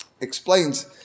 explains